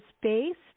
based